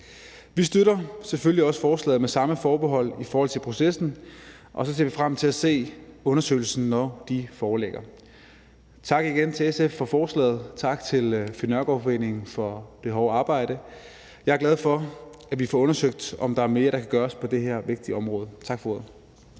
Vi støtter selvfølgelig også forslaget med samme forbehold i forhold til processen, og så ser vi frem til at se undersøgelserne, når de foreligger. Tak igen til SF for forslaget, og tak til Finn Nørgaard Foreningen for det hårde arbejde. Jeg er glad for, at vi får undersøgt, om der er mere, der kan gøres på det her vigtige område. Tak for ordet.